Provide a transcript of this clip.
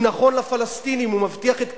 הוא נכון לפלסטינים, הוא מבטיח את קיומם,